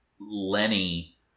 Lenny